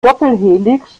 doppelhelix